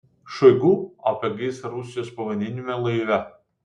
šoigu apie gaisrą rusijos povandeniniame laive